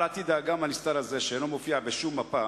על עתיד האגם הנסתר הזה, שאינו מופיע בשום מפה,